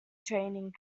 training